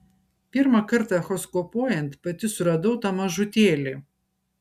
pirmą kartą echoskopuojant pati suradau tą mažutėlį